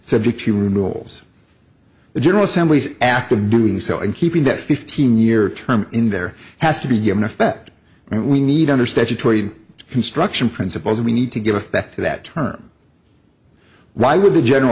subject to rules the general assembly's act of doing so and keeping that fifteen year term in there has to be an effect we need under statutory construction principles we need to give effect to that term why would the general